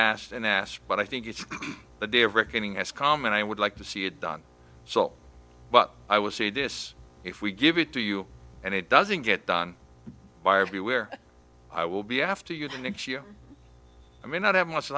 asked and asked but i think it's a day of reckoning eskom and i would like to see it done so but i will say this if we give it to you and it doesn't get done by everywhere i will be after you the next year i mean not have